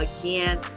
again